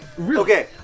Okay